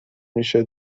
میشه